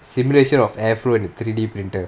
simulation of air flow in three D printer